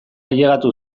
ailegatu